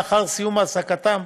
לאחר סיום העסקתם,